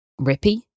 rippy